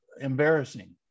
embarrassing